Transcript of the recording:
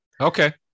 Okay